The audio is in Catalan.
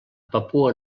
papua